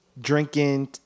drinking